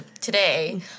today